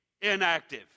inactive